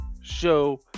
show